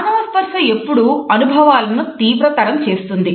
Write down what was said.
మానవ స్పర్స ఎప్పుడూ అనుభవాలను తీవ్రతరం చేస్తుంది